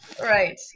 Right